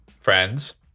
friends